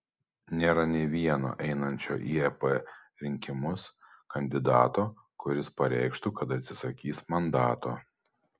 nėra nei vieno einančio į ep rinkimus kandidato kuris pareikštų kad atsisakys mandato